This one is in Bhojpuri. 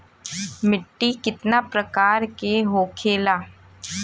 मिट्टी कितना प्रकार के होखेला?